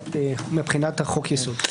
מבחינת חוק יסוד.